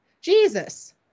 Jesus